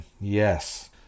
Yes